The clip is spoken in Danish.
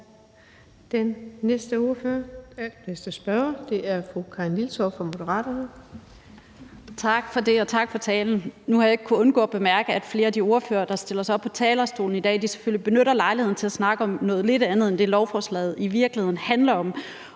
Den næste spørger er fru Karin Liltorp fra Moderaterne.